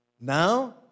Now